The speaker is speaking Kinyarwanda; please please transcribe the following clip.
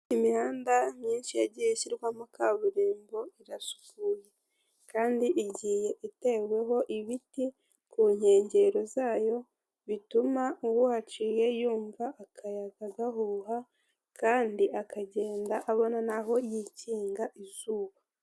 Imihanda myinshi yagiye ishyirwamo kaburimbo irasukuye kandi igiye iteweho ibiti ku nkengero zayo bituma uhaciye yumva akayaga gahuha kandi akagenda abona n'aho yikinga izuba.